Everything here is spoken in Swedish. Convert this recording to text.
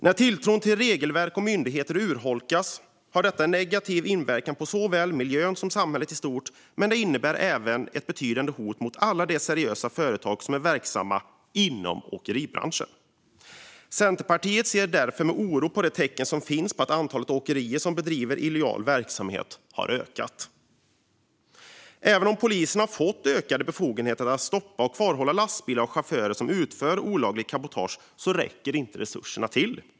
När tilltron till regelverk och myndigheter urholkas har detta en negativ inverkan på såväl miljön som samhället i stort, men det innebär även ett betydande hot mot alla de seriösa företag som är verksamma inom åkeribranschen. Centerpartiet ser därför med oro på de tecken som finns på att antalet åkerier som bedriver illegal verksamhet har ökat. Även om polisen har fått ökade befogenheter att stoppa och kvarhålla lastbilar och chaufförer som utför olagligt cabotage räcker inte resurserna till.